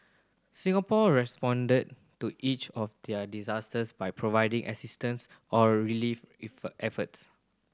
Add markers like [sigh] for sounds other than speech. Singapore responded to each of their disasters by providing assistance or relief [unintelligible] efforts